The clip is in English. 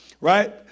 Right